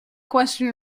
question